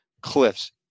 cliffs